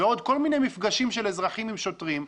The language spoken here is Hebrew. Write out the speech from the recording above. ועוד כל מיני מפגשים של אזרחים עם שוטרים.